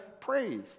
praise